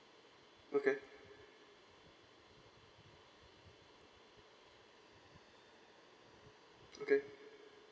okay okay